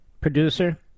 Producer